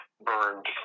burned